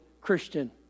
Christian